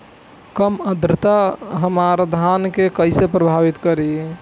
कम आद्रता हमार धान के कइसे प्रभावित करी?